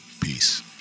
peace